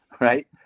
Right